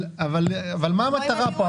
אבל מה המטרה פה?